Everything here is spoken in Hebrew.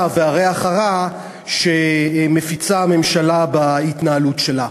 והריח הרע שמפיצה הממשלה בהתנהלות שלה.